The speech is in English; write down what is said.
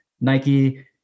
Nike